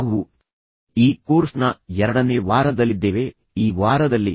ನಾವು ಈ ಕೋರ್ಸ್ನ ಎರಡನೇ ವಾರದಲ್ಲಿದ್ದೇವೆ ಮತ್ತು ನಂತರ ಈ ವಾರದಲ್ಲಿ ಕೊನೆಯ ಎರಡು ಉಪನ್ಯಾಸಗಳಿವೆ